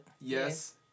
Yes